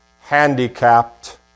handicapped